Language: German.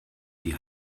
die